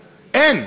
אין.